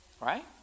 Right